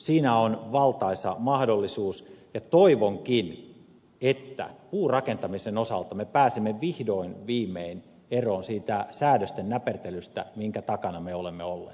siinä on valtaisa mahdollisuus ja toivonkin että puurakentamisen osalta me pääsemme vihdoin viimein eroon siitä säädösten näpertelystä minkä takana me olemme olleet